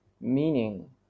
Meaning